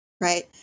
right